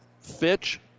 Fitch